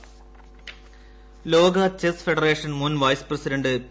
ഉമ്മർകോയ ലോക chess federation മുൻ vice president P